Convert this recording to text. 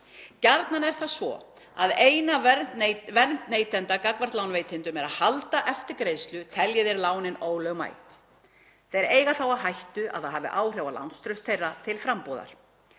Gjarnan er það svo að eina vernd neytenda gagnvart lánveitendum er að halda eftir greiðslu telji þeir lánin ólögmæt. Þeir eiga þá á hættu að það hafi áhrif á lánstraust þeirra til frambúðar.